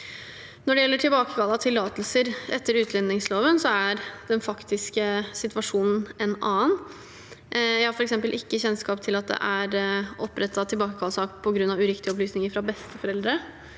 Når det gjelder tilbakekall av tillatelser etter utlendingsloven, er den faktiske situasjonen en annen. Jeg har f.eks. ikke kjennskap til at det er opprettet tilbakekallssak på grunn av uriktige opplysninger fra besteforeldre.